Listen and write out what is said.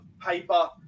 paper